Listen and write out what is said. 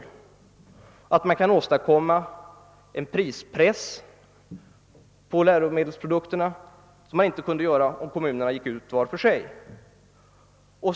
En sådan organisation bör också kunna åstadkomma en prispress på läromedelsprodukterna som inte är möjlig om kommunerna sköter upphandlingen var för sig.